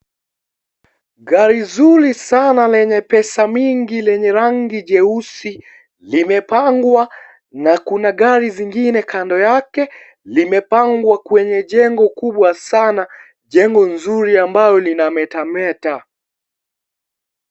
Gari nzuri sana lenye pesa mingi lenye rangi jeusi limepangwa na kuna gari zingine .Kando yake limepangwa kwenye jengo kubwa Sana ,jengo nzuri ambalo linametameta.